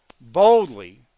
Boldly